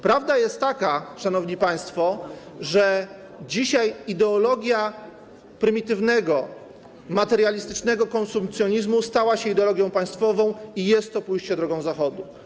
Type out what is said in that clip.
Prawda jest taka, szanowni państwo, że dzisiaj ideologia prymitywnego, materialistycznego konsumpcjonizmu stała się ideologią państwową i jest to pójście drogą Zachodu.